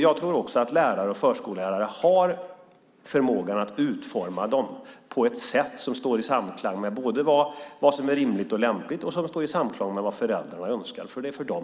Jag tror också att lärare och förskollärare har förmågan att utforma omdömena på ett sätt som står i samklang både med vad som är rimligt och lämpligt och med vad föräldrarna önskar.